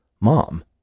Mom